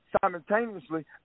simultaneously